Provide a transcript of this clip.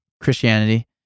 christianity